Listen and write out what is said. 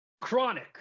Chronic